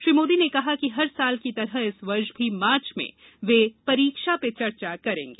श्री मोदी ने कहा कि हर साल की तरह इस वर्ष भी मार्च में वे परीक्षा पे चर्चा करेंगे